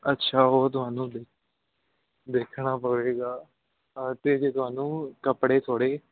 ਅੱਛਾ ਉਹ ਤੁਹਾਨੂੰ ਦੇ ਦੇਖਣਾ ਪਵੇਗਾ ਅਤੇ ਜੇ ਤੁਹਾਨੂੰ ਕੱਪੜੇ ਥੋੜ੍ਹੇ